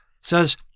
says